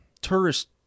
tourist